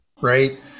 right